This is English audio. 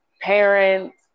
parents